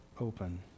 open